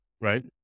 right